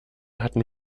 hatten